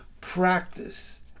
practice